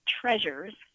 treasures